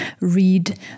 read